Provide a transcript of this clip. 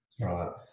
Right